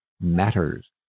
Matters